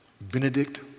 Benedict